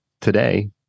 today